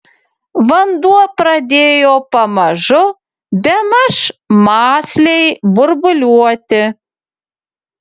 vanduo pradėjo pamažu bemaž mąsliai burbuliuoti